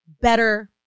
better